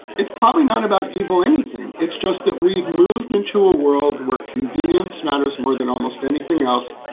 it's probably not about evil, anything. it's just that we've moved into a world where convenience matters more than almost anything else.